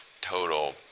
total